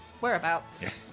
whereabouts